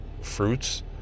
fruits